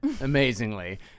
Amazingly